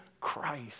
Christ